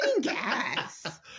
gas